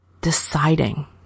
deciding